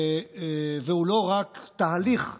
והוא לא רק תהליך כואב,